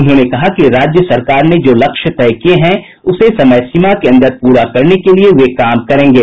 उन्होंने कहा कि राज्य सरकार ने जो लक्ष्य तय किये हैं उसे समय सीमा के अन्दर पूरा करने के लिए वे काम करेंगे